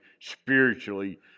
spiritually